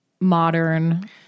modern